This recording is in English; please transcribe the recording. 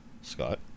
Scott